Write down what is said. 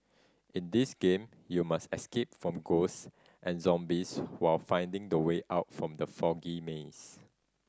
in this game you must escape from ghosts and zombies while finding the way out from the foggy maze